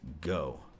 go